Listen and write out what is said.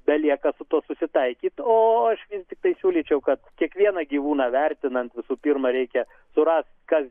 belieka su tuo susitaikyt o aš vis tiktai siūlyčiau kad kiekvieną gyvūną vertinant visų pirma reikia surast kas